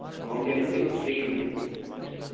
home delivery free ఉంటుంది